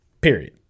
Period